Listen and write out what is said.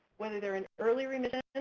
whether they're in early remission, and